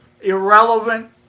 irrelevant